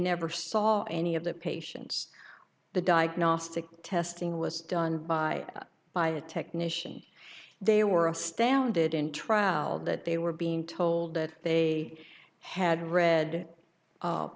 never saw any of the patients the diagnostic testing was done by by a technician they were a standard in trial that they were being told that they had read